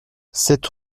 sept